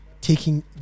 taking